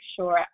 sure